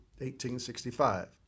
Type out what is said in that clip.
1865